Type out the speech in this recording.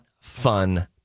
fun